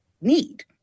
need